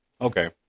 Okay